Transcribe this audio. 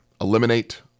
eliminate